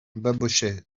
babochet